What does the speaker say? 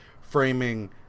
framing